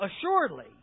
Assuredly